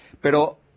Pero